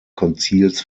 konzils